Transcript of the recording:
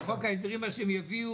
בחוק ההסדרים, מה שהם יביאו,